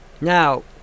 Now